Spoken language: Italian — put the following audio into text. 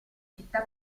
città